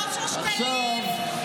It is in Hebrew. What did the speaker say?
ואושר שקלים,